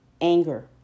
anger